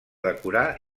decorar